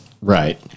right